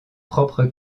propre